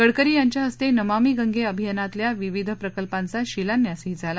गडकरी यांच्या हस्ते नमामि गंगे अभियानातल्या विविध प्रकल्पांचा शिलान्यासही झाला